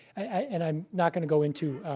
and i'm not going to go into